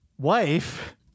Wife